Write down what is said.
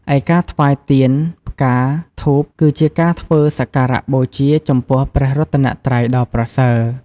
ឯការថ្វាយទៀន ផ្កា ធូប គឺជាការធ្វើសក្ការបូជាចំពោះព្រះរតនត្រ័យដ៏ប្រសើរ។